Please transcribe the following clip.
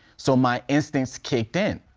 so, my instincts kicked in.